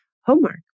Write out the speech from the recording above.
homework